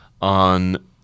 on